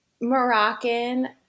Moroccan